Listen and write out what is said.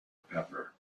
pepper